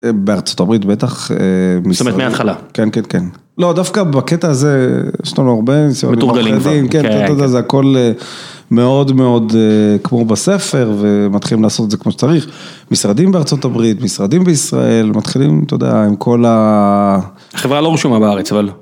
בארצות הברית בטח משרדים. זאת אומרת מהתחלה. כן כן כן. לא דווקא בקטע הזה יש לנו הרבה מסוימים. מתורגלים. כן, זה הכל מאוד מאוד כמו בספר ומתחילים לעשות את זה כמו שצריך. משרדים בארצות הברית, משרדים בישראל, מתחילים אתה יודע עם כל ה... החברה לא רשומה בארץ אבל...